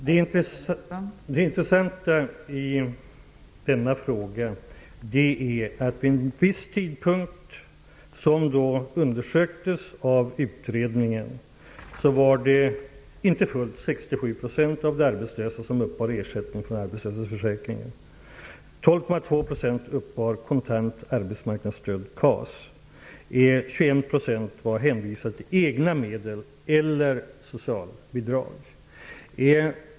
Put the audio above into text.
Fru talman! Det intressanta i denna fråga är att vid en viss tidpunkt, som studerades av utredningen, var det inte fullt 67 % av de arbetslösa som uppbar ersättning ur arbetslöshetsförsäkringen. 12,2 % var hänvisade till egna medel eller socialbidrag.